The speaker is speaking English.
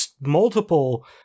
multiple